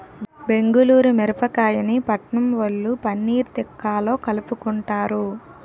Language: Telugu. బెంగుళూరు మిరపకాయని పట్నంవొళ్ళు పన్నీర్ తిక్కాలో కలుపుకుంటారు